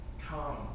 come